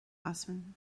easmainn